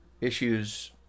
issues